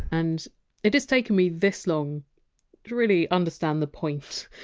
and it has taken me this long to really understand the point.